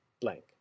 blank